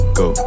go